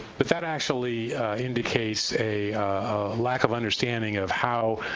but that actually indicates a lack of understanding of how